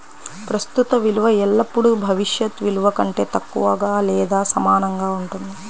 ప్రస్తుత విలువ ఎల్లప్పుడూ భవిష్యత్ విలువ కంటే తక్కువగా లేదా సమానంగా ఉంటుంది